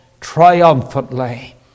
triumphantly